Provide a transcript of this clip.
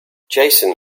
jason